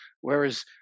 Whereas